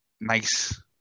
nice